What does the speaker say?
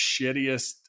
shittiest